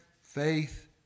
faith